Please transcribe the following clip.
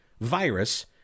virus